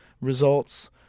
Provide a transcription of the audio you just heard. results